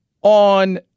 on